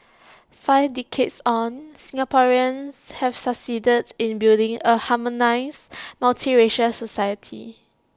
five decades on Singaporeans have succeeded in building A harmonious multiracial society